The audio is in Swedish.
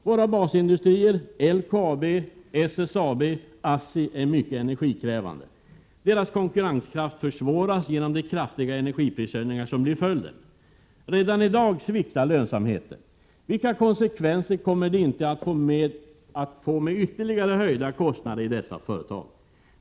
Våra basindustrier — LKAB, SSAB, ASSI — är mycket energikrävande. Deras konkurrenskraft försvåras genom de kraftiga energiprishöjningar som blir följden. Redan i dag sviktar lönsamheten. Vilka konsekvenser kommer inte ytterligare höjda kostnader att få i dessa företag?